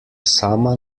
sama